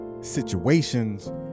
situations